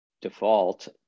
default